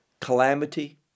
calamity